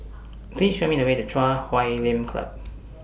Please Show Me The Way to Chui Huay Lim Club